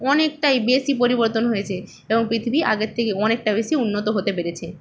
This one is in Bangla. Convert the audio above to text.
অনেকটাই বেশি পরিবর্তন হয়েছে এবং পৃথিবী আগের থেকে অনেকটা বেশি উন্নত হতে পেরেছে